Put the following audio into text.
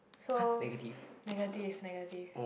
so negative negative